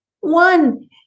one